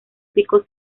pico